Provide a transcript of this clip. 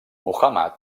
muhammad